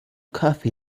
cafe